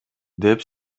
деп